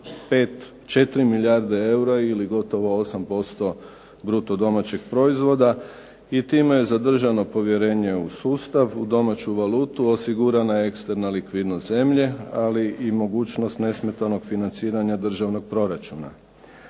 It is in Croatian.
4 milijarde eura ili gotovo 8% bruto domaćeg proizvoda i time je zadržano povjerenje u sustav, u domaću valutu, osigurana je eksterna likvidnost zemlje ali i mogućnost nesmetanog financiranja državnog proračuna.